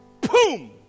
Boom